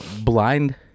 blind